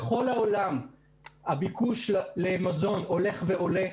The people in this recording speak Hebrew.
בכל העולם הביקוש למזון הולך ועולה,